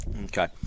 Okay